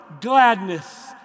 gladness